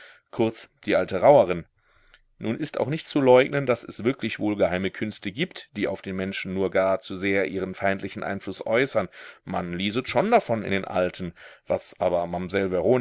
kurz die alte rauerin nun ist auch nicht zu leugnen daß es wirklich wohl geheime künste gibt die auf den menschen nur gar zu sehr ihren feindlichen einfluß äußern man lieset schon davon in den alten was aber